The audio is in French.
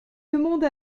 demande